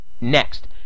Next